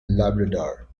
labrador